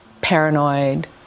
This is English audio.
paranoid